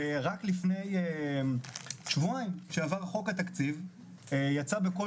ורק לפני כשבועיים כשעבר חוק התקציב יצא קול